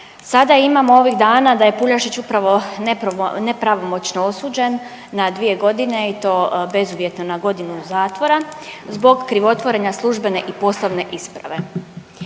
Sada imamo ovih dana da je Puljašić upravo nepravomoćno osuđen na dvije godine i to bezuvjetno na godinu zatvora zbog krivotvorenja službene i poslovne isprave.